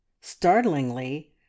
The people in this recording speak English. startlingly